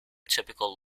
typical